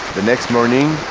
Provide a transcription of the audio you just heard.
the next morning,